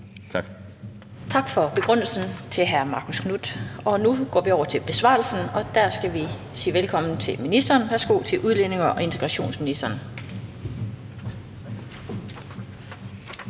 for begrundelsen. Nu går vi over til besvarelsen, og der skal vi sige velkommen til ministeren. Værsgo til udlændinge- og integrationsministeren.